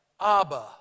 Abba